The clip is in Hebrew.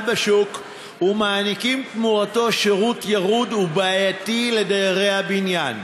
בשוק ונותנות תמורתם שירות ירוד ובעייתי לדיירי הבניין.